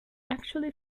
actually